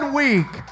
week